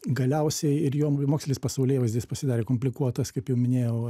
galiausiai ir jom ir mokslinis pasaulėvaizdis pasidarė komplikuotas kaip jau minėjau